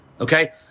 okay